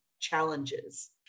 challenges